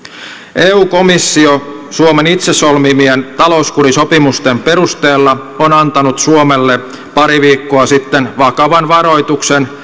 eu komissio suomen itse solmimien talouskurisopimusten perusteella on antanut suomelle pari viikkoa sitten vakavan varoituksen